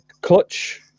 clutch